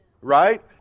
right